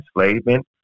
enslavement